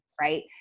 right